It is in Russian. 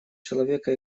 человека